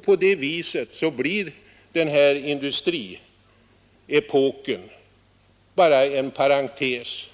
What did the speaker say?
På det viset blir industriepoken bara en parentes,